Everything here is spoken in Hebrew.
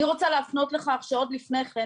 אני רוצה להפנות לכך שעוד לפני כן,